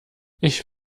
ich